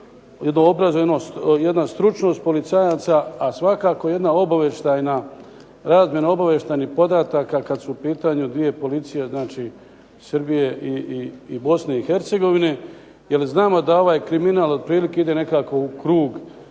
jedna stručnost policajaca, a svakako jedna obavještajna, razmjena obavještajnih podataka kad su pitanju dvije policije, znači Srbije i Bosne i Hercegovine. Jer znamo da ovaj kriminal otprilike ide nekako u krug